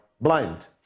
blind